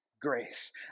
grace